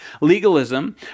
legalism